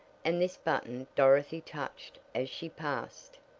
and this button dorothy touched as she passed.